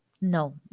no